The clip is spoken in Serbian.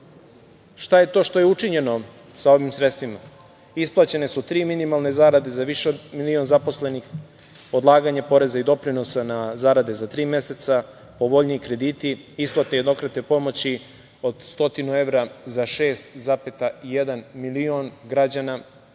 Šta je to što je učinjeno sa ovim sredstvima? Isplaćene su tri minimalne zarade za više od milion zaposlenih, odlaganje poreza i doprinosa na zarade za tri meseca, povoljniji krediti, isplata jednokratne pomoći od 100 evra za 6,1 milion građana